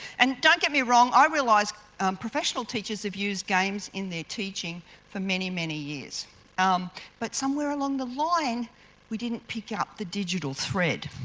and don't get me wrong i realise professional teachers have used games in their teaching for many, many years um but somewhere along the line we didn't pick up the digital thread.